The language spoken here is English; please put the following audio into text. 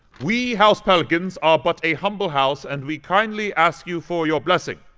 we, house pelicans, are but a humble house, and we kindly ask you for your blessing.